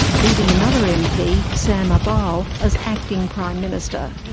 leaving another mp, sam abal, as acting prime minister.